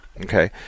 Okay